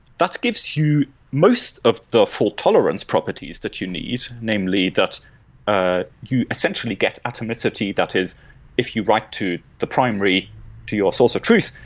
that gives you most of the full tolerance properties that you need, namely that ah you essentially get atomicity that is if you write to the primary to your source of truth,